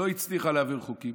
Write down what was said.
היא לא הצליחה להעביר חוקים,